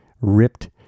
ripped